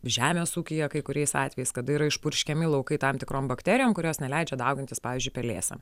žemės ūkyje kai kuriais atvejais kada yra išpurškiami laukai tam tikrom bakterijom kurios neleidžia daugintis pavyzdžiui pelėsiam